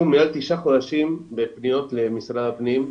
אנחנו מעל תשעה חודשים בפניות למשרד הפנים.